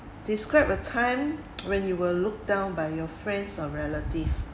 describe a time when you were looked down by your friends or relatives